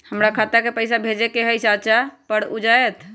हमरा खाता के पईसा भेजेए के हई चाचा पर ऊ जाएत?